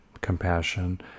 compassion